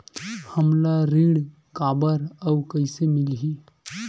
हमला ऋण काबर अउ कइसे मिलही?